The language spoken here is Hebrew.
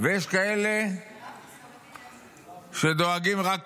ויש כאלה שדואגים רק